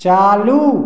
चालू